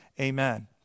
Amen